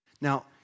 Now